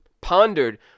pondered